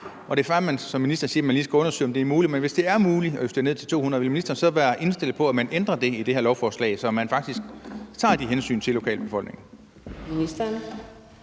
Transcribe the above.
m. Det er fair, at man som minister siger, at man lige skal undersøge, om det er muligt, men hvis det er muligt at justere ned til 200 m, vil ministeren så være indstillet på, at man ændrer på det i det her lovforslag, så man faktisk tager de hensyn til lokalbefolkningen?